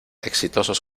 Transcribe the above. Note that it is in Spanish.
exitosos